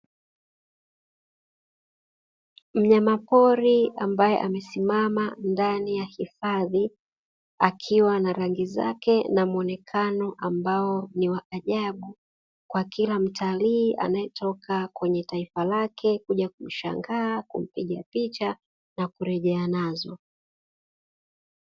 Mnyama pori ambaye amesimama ndani ya hifadhi, akiwa na rangi zake na muonekano wa ajabu kwa kila mtalii anayotoka kwenye taifa lake kuja kumpiga picha na kurejea nazo.